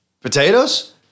Potatoes